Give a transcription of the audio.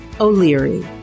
O'Leary